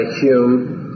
Hume